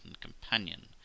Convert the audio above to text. companion